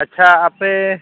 ᱟᱪᱪᱷᱟ ᱟᱯᱮ